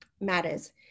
matters